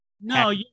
no